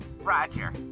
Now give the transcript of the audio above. Roger